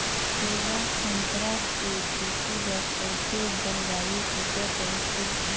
सेवा संतरा के खेती बर कइसे जलवायु सुघ्घर राईथे?